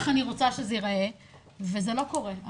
ככה אני רוצה שזה ייראה, וזה לא קורה.